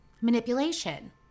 manipulation